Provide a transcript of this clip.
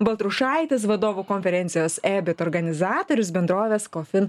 baltrušaitis vadovų konferencijos ebit organizatorius bendrovės kofin